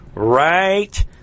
Right